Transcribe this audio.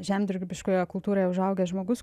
žemdirbiškoje kultūroje užaugęs žmogus